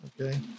okay